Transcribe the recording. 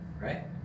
right